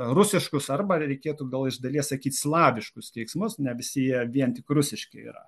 rusiškus arba reikėtų gal iš dalies sakyti slaviškus keiksmus ne visi jie vien tik rusiški yra